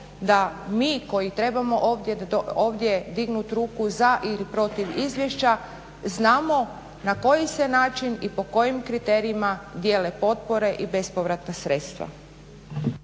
da mi koji trebamo ovdje dignuti ruku za ili protiv izvješća znamo na koji se način i po kojim kriterijima dijele potpore i bespovratna sredstva.